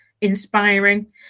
inspiring